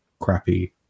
crappy